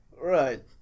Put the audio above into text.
Right